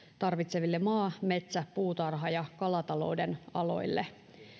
tarvitseville maa metsä puutarha ja kalatalouden aloille